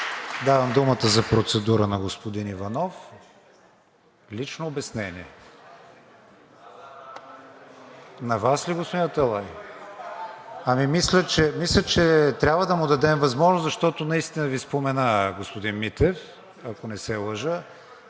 Давам думата за процедура на господин Иванов. (Реплики.) Лично обяснение? На Вас ли, господин Аталай? Мисля, че трябва да дадем възможност, защото наистина Ви спомена господин Митев. Заповядайте,